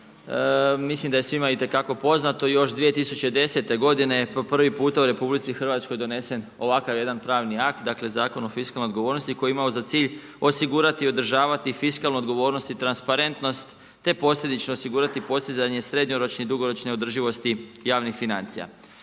Mislim da je svima itekako poznato još 2010. godine je po prvi puta u RH donesen ovakav jedan pravni akt, dakle Zakon o fiskalnoj odgovornosti koji je imao za cilj osigurati i održavati fiskalnu odgovornost i transparentnost te posljedično osigurati postizanje srednjoročne i dugoročne održivosti javnih financija.